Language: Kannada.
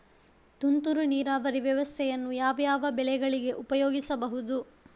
ತುಂತುರು ನೀರಾವರಿ ವ್ಯವಸ್ಥೆಯನ್ನು ಯಾವ್ಯಾವ ಬೆಳೆಗಳಿಗೆ ಉಪಯೋಗಿಸಬಹುದು?